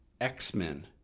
X-Men